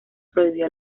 prohibió